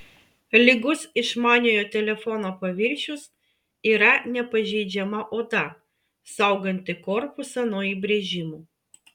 lygus išmaniojo telefono paviršius yra nepažeidžiama oda sauganti korpusą nuo įbrėžimų